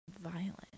violent